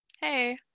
Hey